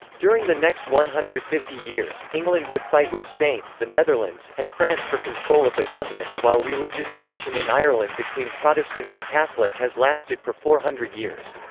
during the next one hundred and fifty years, england would fight with spain, the netherlands, and france for control of the continent, while religious division in ireland between protestant and catholic has lasted for four hundred years.